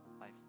life